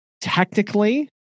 technically